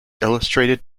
illustrated